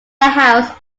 house